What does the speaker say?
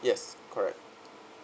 yes correct